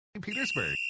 Petersburg